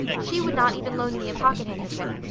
she would not even loan me a pocket handkerchief,